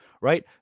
right